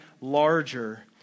larger